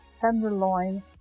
tenderloin